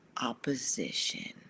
opposition